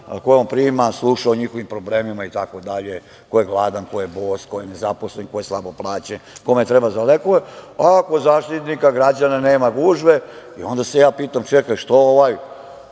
koje on prima, sluša o njihovim problemima, ko je gladan, ko je bos, ko je nezaposlen, ko je slabo plaćen, kome treba za lekove, a kod Zaštitnika građana nema gužve. Onda se ja pitam, čekaj, što ovaj